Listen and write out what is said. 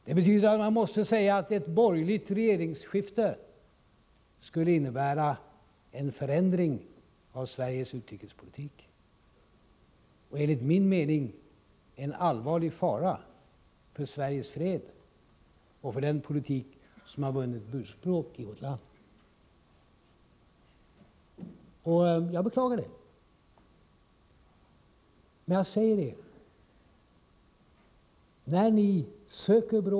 Det betyder att man måste säga att ett regeringsskifte skulle innebära en förändring av Sveriges utrikespolitik och enligt min mening en allvarlig fara för Sveriges fred och för den politik som har vunnit burspråk i vårt land. Jag beklagar det.